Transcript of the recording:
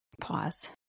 pause